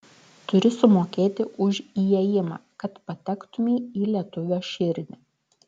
turi sumokėti už įėjimą kad patektumei į lietuvio širdį